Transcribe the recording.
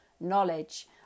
knowledge